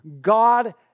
God